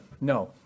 No